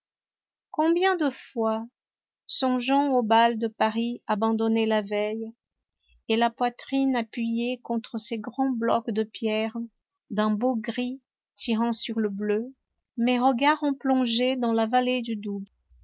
combien de fois songeant aux bals de paris abandonnés la veille et la poitrine appuyée contre ces grands blocs de pierre d'un beau gris tirant sur le bleu mes regards ont plongé dans la vallée du doubs